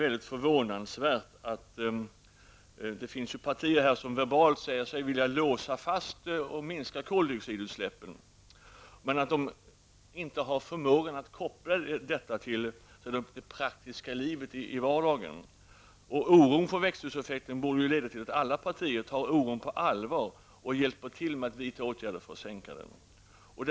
Här finns partier som säger sig vilja minska koldioxidutsläppen. Men de har inte förmåga att koppla detta till det praktiska vardagslivet. Oron för växthuseffekten borde leda till att alla partier tar oron på allvar och hjälper till att vidta åtgärder för att sänka koldioxidhalten.